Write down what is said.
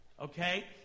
Okay